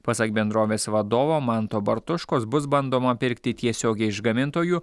pasak bendrovės vadovo manto bartuškos bus bandoma pirkti tiesiogiai iš gamintojų